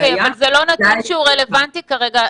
אוקיי, אבל זה לא נתון שהוא רלוונטי כרגע.